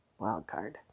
Wildcard